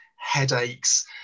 headaches